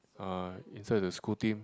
uh inside the school team